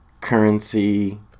Currency